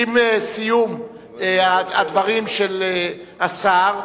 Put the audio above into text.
עם סיום הדברים של השר,